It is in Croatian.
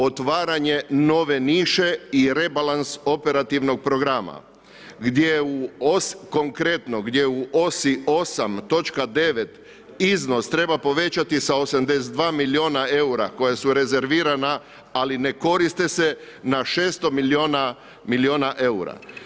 Otvaranje nove niše i rebalans operativnog programa gdje konkretno 8., točka 9., iznos treba povećati sa 82 milijuna eura koja su rezervirana ali ne koriste se na 600 milijuna eura.